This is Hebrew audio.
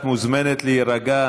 את מוזמנת להירגע.